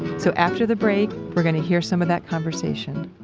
so, after the break, we're going to hear some of that conversation